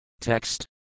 Text